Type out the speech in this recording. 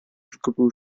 zgubił